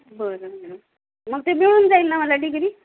बरं मॅडम मग ते मिळून जाईल ना मला डिग्री